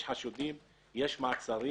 יש חשודים, יש מעצרים